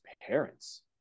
parents